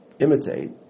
imitate